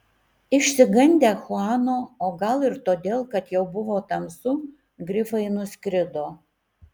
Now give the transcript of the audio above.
išsigandę chuano o gal ir todėl kad jau buvo tamsu grifai nuskrido